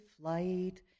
flight